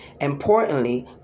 Importantly